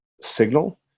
signal